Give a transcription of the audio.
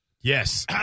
Yes